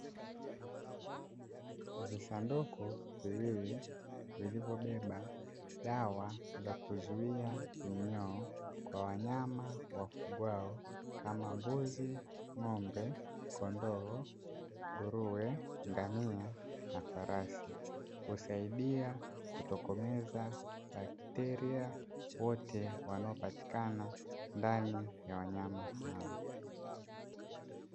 Visanduku viwili vilivyobeba dawa za kuzuia minyoo kwa wanyama wafugwao kama mbuzi, ng'ombe, kondoo, nguruwe, ngamia na farasi husaidia kutokomeza bakteria wote wanaopatikana ndani ya wanyama hao.